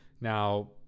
now